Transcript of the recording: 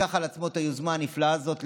שלקח על עצמו את היוזמה הנפלאה הזאת,